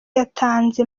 yatanze